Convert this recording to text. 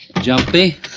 Jumpy